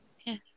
Yes